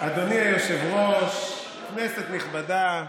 אדוני היושב-ראש, כנסת נכבדה,